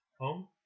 Home